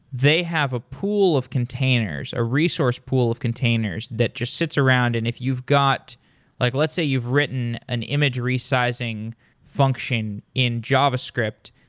they have a pool of containers, a resource pool of containers that just sits around, and if you've got like let's say you've written an image resizing function in javascript,